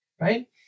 right